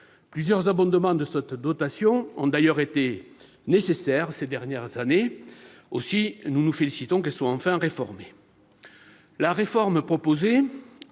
Plusieurs abondements de cette dotation ont d'ailleurs été nécessaires ces dernières années. Aussi, nous nous félicitons qu'elle soit enfin réformée. La réforme proposée